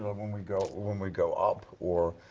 but when we'd go, when we'd go up. or,